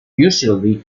usually